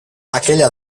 aquella